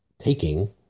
taking